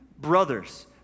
brothers